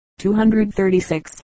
236